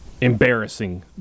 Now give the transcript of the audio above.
embarrassing